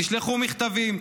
תשלחו מכתבים,